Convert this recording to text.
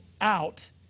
out